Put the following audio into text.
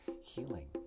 healing